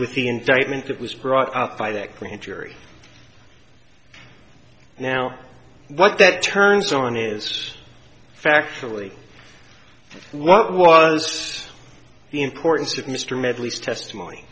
with the indictment that was brought up by that green jury now what that turns on is factually what was the importance of mr medleys testimony